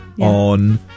on